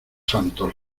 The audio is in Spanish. santos